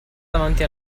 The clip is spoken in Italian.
davanti